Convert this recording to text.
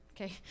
okay